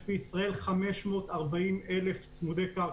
יש בישראל 540,000 צמודי קרקע.